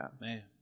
man